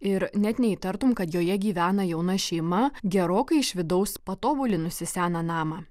ir net neįtartum kad joje gyvena jauna šeima gerokai iš vidaus patobulinusi seną namą